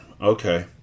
okay